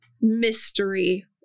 mystery